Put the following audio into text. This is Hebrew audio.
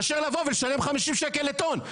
מאשר לבוא ולשלם 50 שקל לטון,